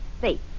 Faith